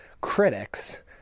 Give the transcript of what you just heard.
critics